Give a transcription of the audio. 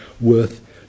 worth